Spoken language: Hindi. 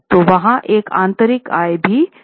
तो वहाँ एक आंतरिक आय भी थी